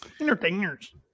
Entertainers